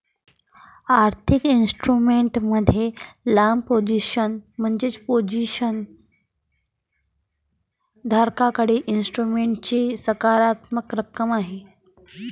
आर्थिक इन्स्ट्रुमेंट मध्ये लांब पोझिशन म्हणजे पोझिशन धारकाकडे इन्स्ट्रुमेंटची सकारात्मक रक्कम आहे